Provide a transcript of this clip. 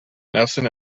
nelson